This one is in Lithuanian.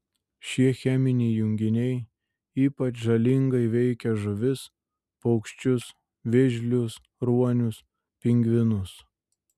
šie cheminiai junginiai ypač žalingai veikia žuvis paukščius vėžlius ruonius pingvinus